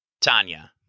Tanya